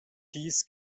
dies